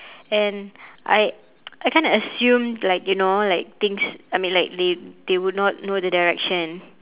and I I kinda assumed like you know like things I mean like they they would not know the direction